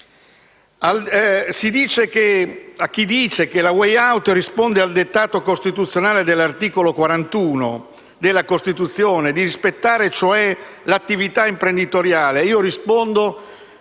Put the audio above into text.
chi dice che l*a way* *out* risponde al dettato costituzionale dell'articolo 41 della Costituzione, di rispettare, cioè, l'attività imprenditoriale, rispondo,